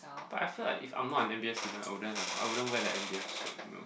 but I feel like if I'm not a M_B_S student I wouldn't have I wouldn't wear the M_B_S shirt you know